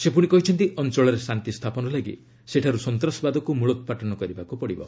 ସେ ପୁଣି କହିଛନ୍ତି ଅଞ୍ଚଳରେ ଶାନ୍ତି ସ୍ଥାପନ ଲାଗି ସେଠାରୁ ସନ୍ତାସବାଦକୁ ମଳୋପାଟନ କରିବାକୁ ହେବ